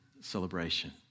celebration